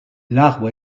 l’arbre